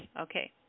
Okay